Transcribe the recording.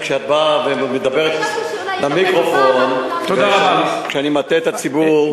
כשאת באה ואומרת למיקרופון שאני מטעה את הציבור,